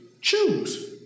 choose